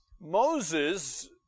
Moses